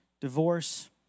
divorce